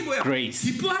grace